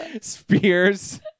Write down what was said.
spears